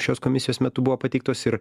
šios komisijos metu buvo pateiktos ir